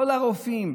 כל הרופאים,